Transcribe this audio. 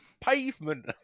pavement